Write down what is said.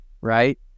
Right